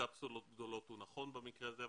בקפסולות גדולות הוא נכון במקרה הזה,